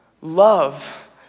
Love